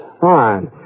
fine